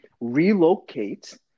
relocate